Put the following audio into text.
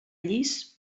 llis